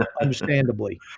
understandably